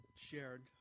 shared